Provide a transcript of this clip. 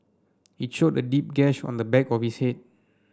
it showed a deep gash on the back of his head